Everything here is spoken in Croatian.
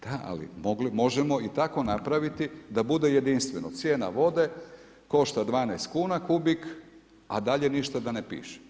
Da ali, možemo i tako napraviti da bude jedinstveno, cijena vode košta 12 kuna kubik, a dalje ništa da ne piše.